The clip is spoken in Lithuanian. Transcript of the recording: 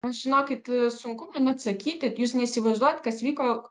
aš žinokit sunku man atsakyti jūs neįsivaizduojat kas vyko